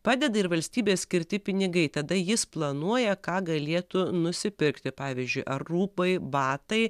padeda ir valstybės skirti pinigai tada jis planuoja ką galėtų nusipirkti pavyzdžiui ar rūbai batai